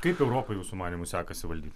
kaip europai jūsų manymu sekasi valdyt